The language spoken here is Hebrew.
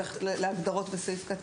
הוספנו פה את ההגדרה "תיווך"